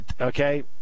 Okay